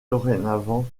dorénavant